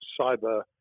cyber